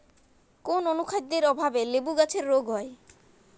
কোন অনুখাদ্যের অভাবে লেবু গাছের রোগ হয়?